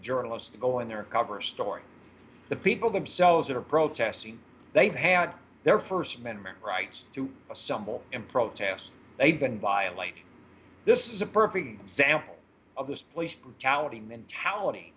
journalist to go in there a cover story the people themselves are protesting they've had their first amendment rights to assemble in protests they've been violated this is a perfect example of this police brutality